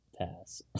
Pass